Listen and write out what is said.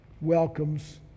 welcomes